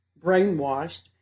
brainwashed